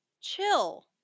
chill